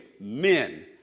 men